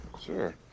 Sure